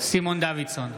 סימון דוידסון,